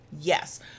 Yes